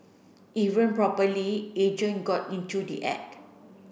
even properly agent got into the act